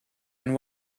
and